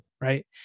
Right